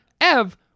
Ev